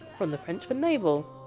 from the french for! navel!